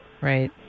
Right